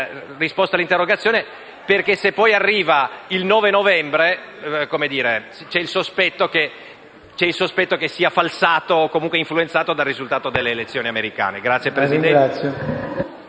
risposta alla mia interrogazione, perché se poi arriva il 9 novembre c'è il sospetto che sia falsata o comunque influenzata dal risultato delle elezioni americane. **Mozioni,